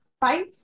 fight